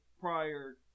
prior